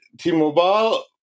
T-Mobile